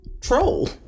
troll